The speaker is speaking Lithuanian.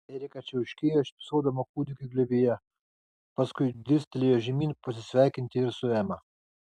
erika čiauškėjo šypsodama kūdikiui glėbyje paskui dirstelėjo žemyn pasisveikinti ir su ema